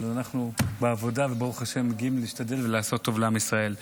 אבל אנחנו בעבודה וברוך השם מגיעים להשתדל ולעשות טוב לעם ישראל.